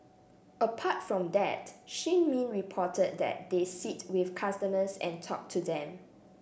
apart from that Shin Min reported that they sit with customers and talk to them